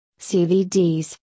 CVDs